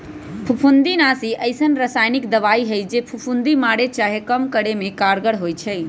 फफुन्दीनाशी अइसन्न रसायानिक दबाइ हइ जे फफुन्दी मारे चाहे कम करे में कारगर होइ छइ